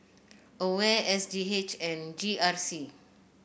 Aware S G H and G R C